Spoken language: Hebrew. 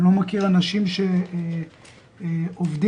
אני חושב שכולנו צריכים לדעת שמדינה מתערבת